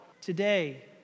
Today